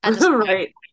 Right